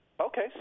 Okay